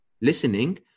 listening